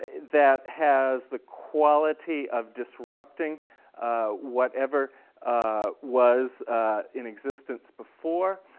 that has the quality of disrupting whatever was in existence before.